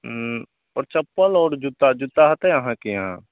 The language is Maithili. आओर चप्पल आओर जूता जूता हेतय अहाँके यहाँ